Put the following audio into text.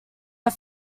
are